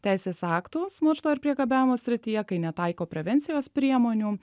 teisės aktų smurto ir priekabiavimo srityje kai netaiko prevencijos priemonių